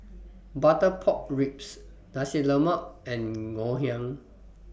Butter Pork Ribs Nasi Lemak and Ngoh Hiang